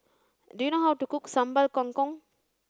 do you know how to cook Sambal Kangkong